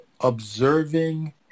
observing